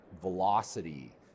velocity